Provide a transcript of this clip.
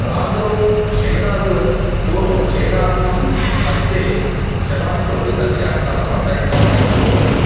रात्रौ शयनात् पूर्वं शयनार्थं हस्ते चलवाणी भवति तस्याः चलनम् अर्धघण्टां यावत्तु भवति